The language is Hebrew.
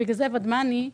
לכן ודמני,